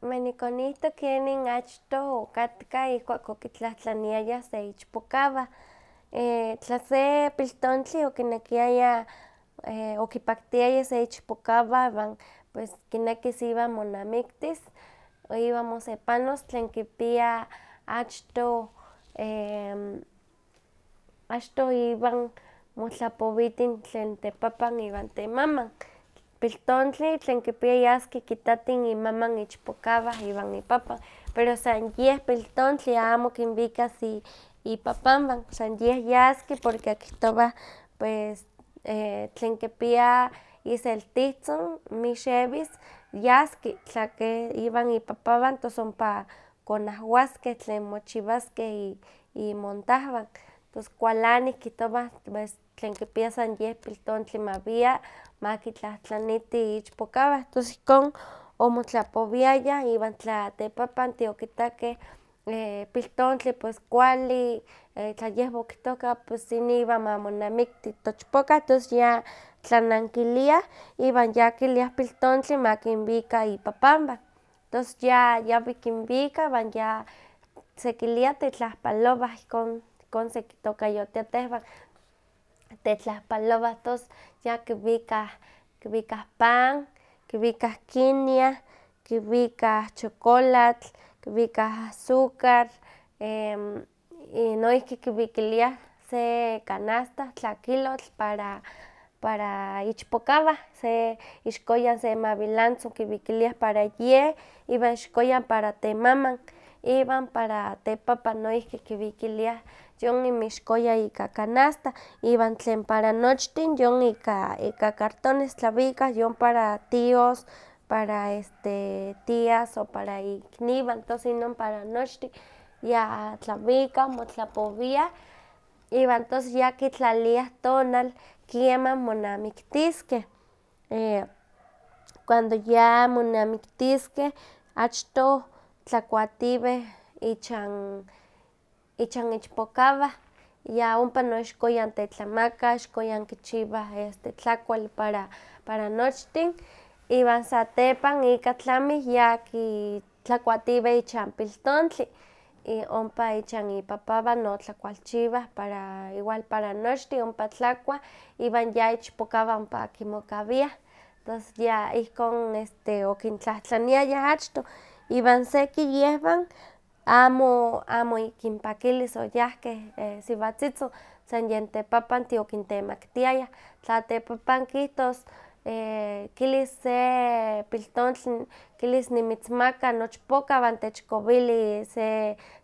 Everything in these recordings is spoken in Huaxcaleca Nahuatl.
Manikonihto kenin achtoh okatka ihkuak okitlahtlaniayah se ichpokawah. tla se piltontli okinekiaya okipaktiaya se ichpokawah iwan pues kinekis iwan monamiktis, iwan mosepanos, tlen kipia achtoh, achtoh iwan motlapowitin tlen tepapan iwan temaman, piltontli tlen kipia yaski kitatin imaman ichpokawah iwan ipapan, pero san yeh piltontli, amo kinwikas ipapanwan, san yeh yaski porque kihtowah pues tlen kipia iseltihtzin mixewis yaski, tla keh iwan ipapawan tos ompa konahwaskeh tlen mochiwaskeh imontahwan, tos kualanih kihtowah tlen kipia san yen piltontli mawia makitlahtlaniti ichpokawah, tos ihkon omotlapowiayah, iwan tla tepapantih okitakeh piltontli pues kuali tla yehwan okihtohkeh tos nin inwan ma monamikti tochpokah, tos ya tlanankiliah iwan ya kiliah piltontli ma kinwika ipapanwan, tos ya yawi kinwika iwan ya sekilia tetlahpalowah, ihkon sekitokayotia tehwan, tetlehpalowah tos ya kiwikah pan, kiwikah kiniah, kiwikah chokolatl, kiwikah azucar, noihki kiwikiliah se canasta tlakilotl para para ichpokawah, se ixkowan se mawilantzin para yeh, iwnan ixkoyan para temaman, iwan para tepapan noihki kiwikiliah, yon inmixkoyan ika canasta, iwan tlen para nochtin, yon ika cartones tlawikah, yon para tios, para tias o para iikniwan, tos inon para nochtin ya tlawikah, motlapowiah, iwan tos yakitlaliah tonal kieman monamiktiskeh, cuando ya monamiktiskeh, achtoh tlakuatiweh ichan ichpokawah, ya ompa ixkoyan tetlamakah, ixkoyan kichiwah tlakual para para nochtin iwan satepan ika tlamih ya ki tlakuatiwih ichan piltontli, ompa ichan ipapawan notlakualchiwah igul para nochtin ompa tlakuah, iwan ya ichpokawah ya ompa kimokawiah, tos ya ihkon este okintlahtlaniayah achtoh, iwan seki yehwan amo amo ikinpakilis oyahkeh siwatzitzin, san yen tepapantih okintemaktiayah, tla tepapan kihtos kilis se piltontli kilis nimitzmaka nochpoka iwan techkowili se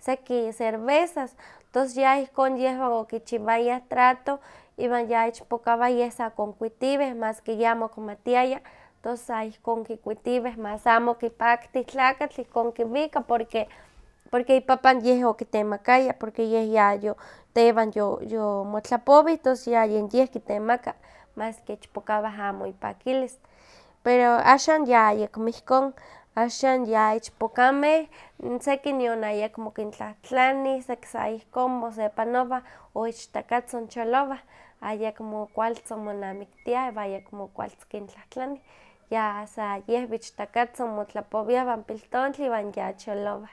seki vercezas tos ya ihkon yehwan okichiwayah trato, iwan ya ichpokawah ye sakonkuitiweh, maski yeh amo okimatiaya tos sa ihkon kikuitiweh, mas amo okipaktih tlakatl ihkon kiwika porque porque ipapan yeh okitemakaya, porque yeh yayo tewan yo yo motlapowih, tos ya yen yeh kitemaka, maski ichpokawah amo ipakilis, pero axan yayekmo ihkon, axan ya ichpokameh seki nion ayakmo kintlahtlani seki sa ihkon mosepanowah o ichtakatzin cholowah, ayekmo kualtzin monamiktiah, iwan ayekmo kualtzin kintlahtlanih, ya sa yehwan ichtakatzin motlapowiah iwan piltontli iwan ya cholowah.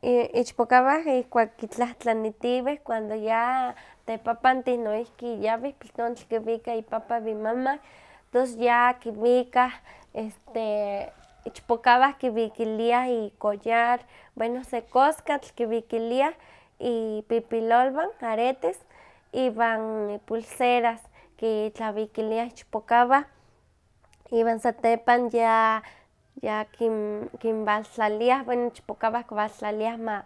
Ichpokawah ihkuak kitlantlanitiweh cuando ya tepapantih noihki yawih, piltontli kiwika ipapan iwan imaman, tos ya kiwikah este ichpokawah kiwikiliah icollar, bueno se coscatl kiwikiliah ipipilolwan aretes, iwan ipulseras, kitlawikiliah ichpokawah, iwan satepan ya kinwaltlaliah, bueno inon ichpokawah kiwaltlaliah ma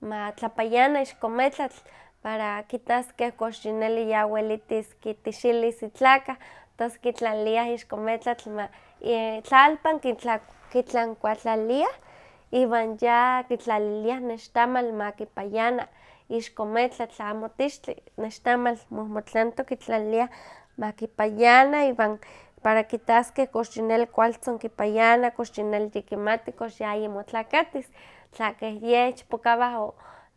matlapayana ixko metlatl para kitaskeh kox yineli ya welitis kitixilis itlakaw, tos kitlaliah ixko metlatl ma tlaltpan kitlankuatlaliah iwan ya kitlaliliah nixtamal makipayana ixko metlatl, amo tixtli, nextamal mohmotlantok kitlalia ma kipayana para kitaskeh kox yineli kualtzin kipayana, kox yineli yikimati yayimotlakatis, tla keh yeh ichpokawah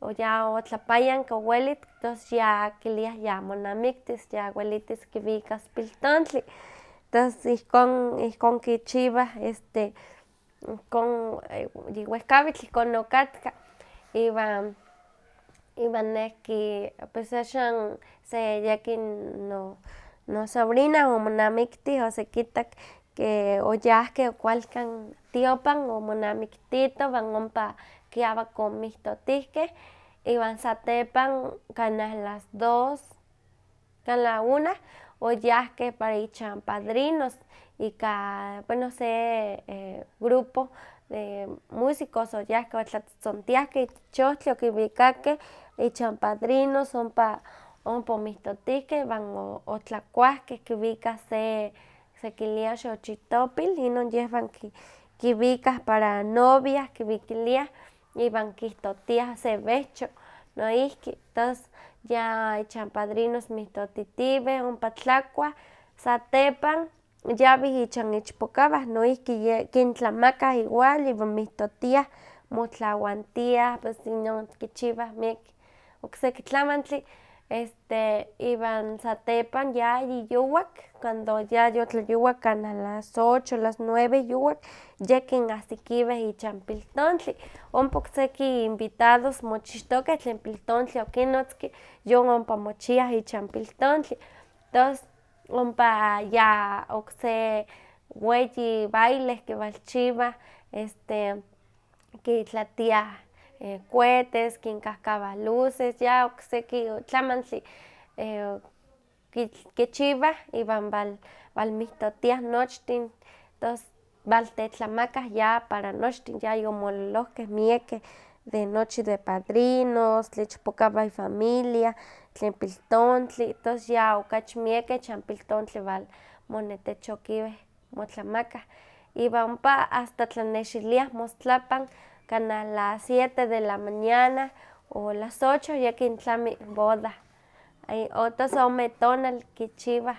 oyaotlapayank owelitk, tos ya kiliah yamonamiktis ya welitis kiwikas piltontli. Tos ihkon ihkon kichiwah este ihkon yiwehkawitl ihkon okatka, iwan iwan nehki pues axan se yekin no nosobrina omonamiktih osekitak que oyahkeh kualkan tiopan omonamiktitoh iwan ompa kiawak omihtotihkeh, iwan satepan kanah las dos, kanah la una, oyahkeh para ichan padrinos ika bueno se grupo de músicos oyahkeh otlatzotzontiahkeh ich ohtli okiwikakeh ichan padrinos, ompa ompa omihtotihkeh iwan otlakuahkeh, kiwikah se sekiliah xochitopil, inon yeh kiwikah para novia, kiwikiliah iwan kihtotoah se wehcho noihki, tos ya ichan padrinos mihtotitiweh ompa tlakuah, satepan yawih ichan ichpokawah, noihki ye kintlamakah igual iwan mihtotiah, motlawantiah, pues inon kichiwah miek okseki tlamantli, este iwan satepan yayiyowak cuando yayotlayowak kanah las ocho, las nueve yuwak, yekin ahsikiwih ichan piltontli, ompa okseki invitados mochixtokeh tlen piltontli okinnotzki yon ompa mochiah ichan piltontli, tons ompa ya okse weyi baile kiwalchiwah, este kitlatiah cuetes, kinkahkawah luces, ya okseki tlamantli kitl- kichiwah iwan wal- walmihtotiah nochtin, waltetlamakah ya para nochtin, yayomololohkeh miekeh, de nochi de padrinos, tlen ichpokawah ifamilia, tlen piltontli, tos ya okachi miekeh ichan piltontli, walmonetechokiweh, motlamakah. Iwan ompa asta tlanexiliah mostlapan kanah las siete de la mañana, o las ocho yakin tlami boda, o tos ome tonal kichiwah ilwitl.